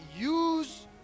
Use